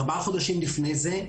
ארבעה חודשים לפני כן,